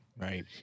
Right